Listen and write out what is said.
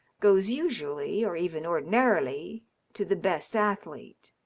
goes usually or even ordinarily to the best athlete.